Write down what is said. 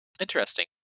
Interesting